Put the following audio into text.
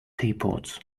teapots